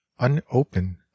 unopen